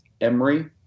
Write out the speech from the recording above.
Emory